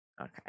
okay